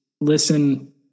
listen